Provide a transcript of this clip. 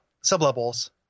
sub-levels